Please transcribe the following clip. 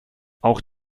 auch